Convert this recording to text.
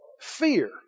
fear